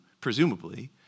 presumably